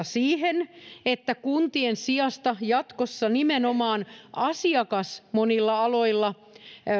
siihen että kuntien sijasta jatkossa nimenomaan asiakas monilla aloilla